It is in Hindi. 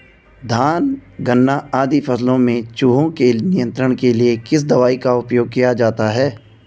धान गन्ना आदि फसलों में चूहों के नियंत्रण के लिए किस दवाई का उपयोग किया जाता है?